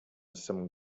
some